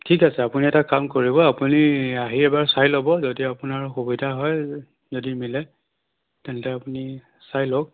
ঠিক আছে আপুনি এটা কাম কৰিব আপুনি আহি এবাৰ চাই ল'ব যদি আপোনাৰ সুবিধা হয় যদি মিলে তেন্তে আপুনি চাই লওক